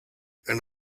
and